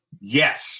Yes